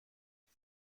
این